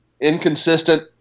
inconsistent